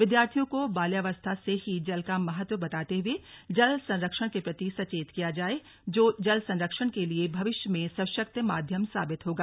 विद्यार्थियों को बाल्यावस्था से ही जल का महत्व बताते हुए जल संरक्षण के प्रति सचेत किया जाए जो जल संरक्षण के लिए भविष्य में सशक्त माध्यम साबित होगा